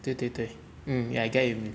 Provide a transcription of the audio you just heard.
对对对 mm I get what you mean